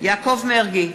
יעקב מרגי,